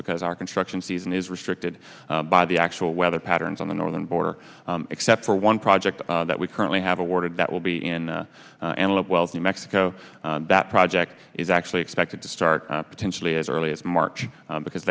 because our construction season is restricted by the actual weather patterns on the northern border except for one project that we currently have awarded that will be in antelope well to mexico that project is actually expected to start potentially as early as march because